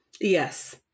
Yes